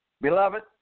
Beloved